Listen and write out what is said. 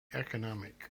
economic